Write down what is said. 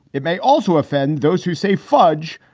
it may also offend those who say fudge.